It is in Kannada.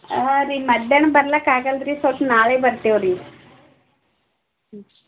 ಹಾಂ ರಿ ಮದ್ಯಾಹ್ನ ಬರ್ಲಾಕ ಆಗಲ್ಲರಿ ಸ್ವಲ್ಪ ನಾಳೆ ಬರ್ತೇವೆರಿ ಹ್ಞೂ